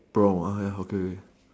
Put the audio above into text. bronze okay okay